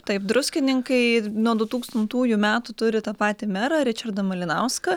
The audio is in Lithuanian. taip druskininkai nuo du tūkstantųjų metų turi tą patį merą ričardą malinauską